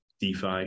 DeFi